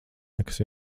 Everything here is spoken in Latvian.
nekas